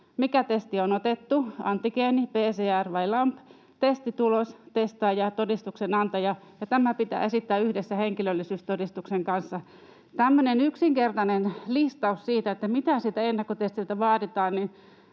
mikä testi on otettu (antigeeni, PCR vai LAMP), testitulos, testaaja / todistuksen antaja.” Ja tämä pitää esittää yhdessä henkilöllisyystodistuksen kanssa. Tämmöinen yksinkertainen listaus siitä, mitä siltä ennakkotestiltä vaaditaan.